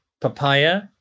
papaya